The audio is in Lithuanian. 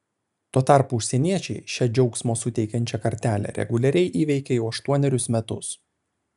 tuo tarpu užsieniečiai šią džiaugsmo suteikiančią kartelę reguliariai įveikia jau aštuonerius metus